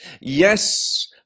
Yes